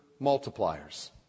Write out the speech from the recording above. multipliers